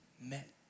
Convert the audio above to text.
met